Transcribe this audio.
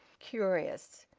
curious!